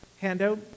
handout